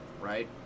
Right